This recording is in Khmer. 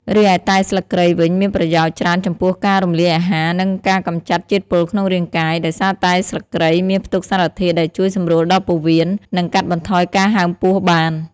រីឯតែស្លឹកគ្រៃវិញមានប្រយោជន៍ច្រើនចំពោះការរំលាយអាហារ និងការកម្ចាត់ជាតិពុលក្នុងរាងកាយ ដោយសារតែស្លឹកគ្រៃមានផ្ទុកសារធាតុដែលជួយសម្រួលដល់ពោះវៀន និងកាត់បន្ថយការហើមពោះបាន។